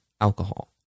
alcohol